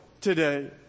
today